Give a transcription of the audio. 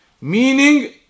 Meaning